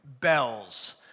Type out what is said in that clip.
bells